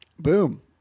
Boom